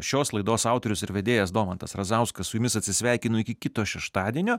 šios laidos autorius ir vedėjas domantas razauskas su jumis atsisveikinu iki kito šeštadienio